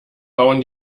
bauen